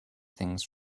things